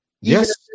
Yes